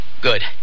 Good